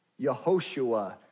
Yehoshua